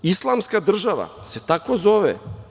Islamska država se tako zove.